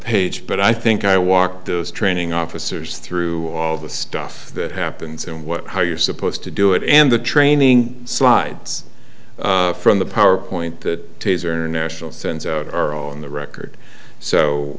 page but i think i walked those training officers through all the stuff that happens and what how you're supposed to do it and the training slides from the power point that taser international sends out are on the record so